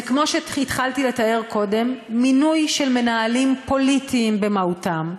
זה כמו שהתחלתי לתאר קודם: מינוי של מנהלים פוליטיים במהותם.